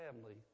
family